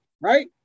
right